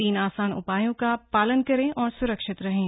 तीन आसान उपायों का पालन करें और सुरक्षित रहें